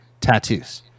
tattoos